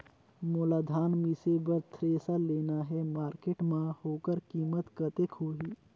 मोला धान मिसे बर थ्रेसर लेना हे मार्केट मां होकर कीमत कतेक होही?